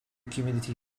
community